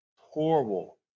horrible